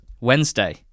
Wednesday